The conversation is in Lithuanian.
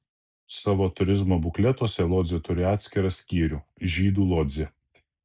savo turizmo bukletuose lodzė turi atskirą skyrių žydų lodzė